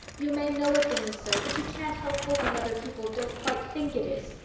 you may know a thing is so, but you can't help hoping other people don't quite think it is.